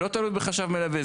לא תלוי בחשב מלווה.